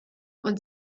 und